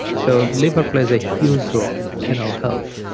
so liver plays a huge role in our health